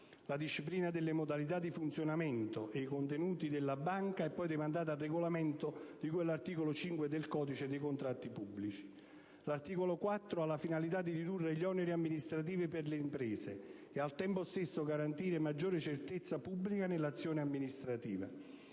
La disciplina delle modalità di funzionamento e i contenuti della Banca dati nazionale è poi demandata al regolamento di cui all'articolo 5 del codice dei contratti pubblici. L'articolo 4 ha la finalità di ridurre gli oneri amministrativi per le imprese e, al tempo stesso, di garantire maggiore certezza pubblica all'azione amministrativa.